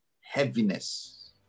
Heaviness